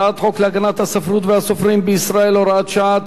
הצעת חוק להגנת הספרות והסופרים בישראל (הוראת שעה),